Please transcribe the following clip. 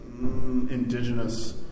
indigenous